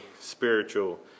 spiritual